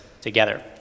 together